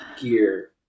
gear